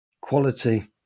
Quality